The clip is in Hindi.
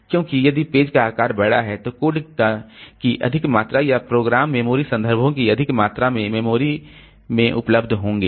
क्योंकि यदि पेज का आकार बड़ा है तो कोड की अधिक मात्रा या प्रोग्राम मेमोरी संदर्भों की अधिक मात्रा वे मेमोरी में उपलब्ध होंगे